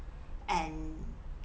and